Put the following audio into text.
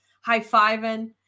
high-fiving